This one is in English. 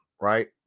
right